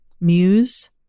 Muse